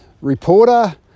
reporter